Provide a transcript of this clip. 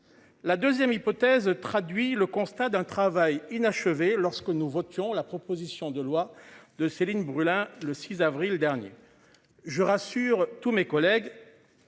La 2ème hypothèse traduit le constat d'un travail inachevé lorsque nous votions la proposition de loi de Céline Brulin, le 6 avril dernier. Je rassure tous mes collègues.